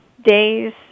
days